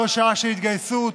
זו שעה של התגייסות,